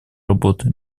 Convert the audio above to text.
работы